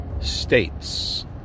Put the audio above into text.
States